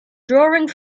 drawing